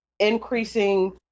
increasing